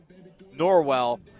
Norwell